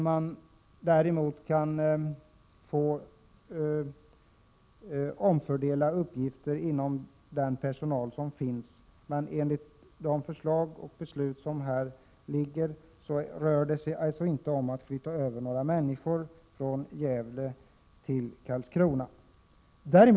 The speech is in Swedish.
Man kan få omfördela uppgifter inom den personal som finns där, men enligt de förslag som här ligger rör det sig inte om att flytta över några människor från Gävle till Karlskrona.